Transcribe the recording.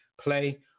Play